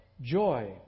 joy